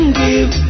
give